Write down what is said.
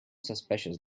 suspicious